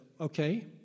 Okay